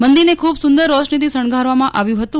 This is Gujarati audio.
મંદિરને ખૂબ સુંદર રોશનીથી શણગારવામાં આવ્યું હતું